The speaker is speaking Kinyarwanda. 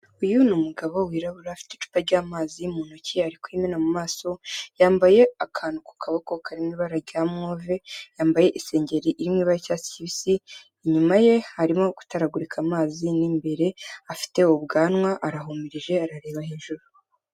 Uyu ni umugabo wirabura afite icupa ry'amazi mu ntoki ari kuyimena mu maso, yambaye akantu ku kaboko kari mu ibara rya move, yambaye isengeri imwe iri mu ibara ry'icyatsi kibisi, inyuma ye harimo gutaragurika amazi n'imbere, afite ubwanwa, arahumirije arareba hejuru.